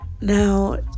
Now